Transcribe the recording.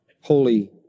holy